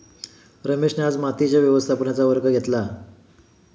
रमेशने आज मातीच्या व्यवस्थापनेचा वर्ग घेतला